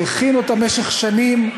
שהכין אותה במשך שנים,